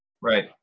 Right